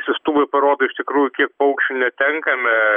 siųstuvai parodo iš tikrųjų kiek paukščių netenkame